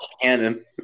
canon